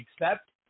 accept